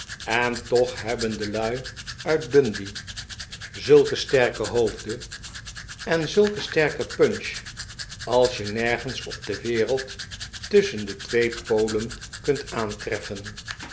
en toch hebben de lui uit dundee zulke sterke hoofden en zulke sterke punch als je nergens op de wereld tusschen de twee polen kunt aantreffen